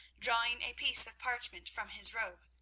drawing a piece of parchment from his robe.